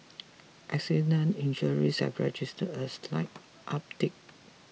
accident injuries have registered a slight uptick